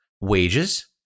wages